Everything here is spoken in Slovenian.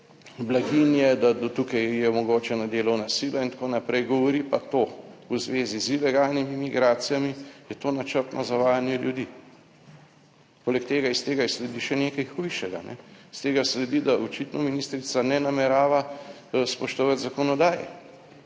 blaginje, da tukaj je omogočena delovna sila, itn., govori pa to v zvezi z ilegalnimi migracijami, je to načrtno zavajanje ljudi. Poleg tega iz tega sledi še nekaj hujšega. Iz tega sledi, da očitno ministrica ne namerava spoštovati zakonodaje